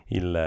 il